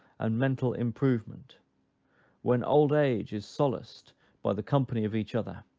and mental improvement when old age is solaced by the company of each other,